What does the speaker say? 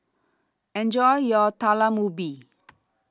Enjoy your Talam Ubi